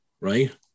right